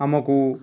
ଆମକୁ